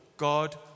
God